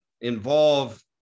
involve